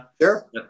sure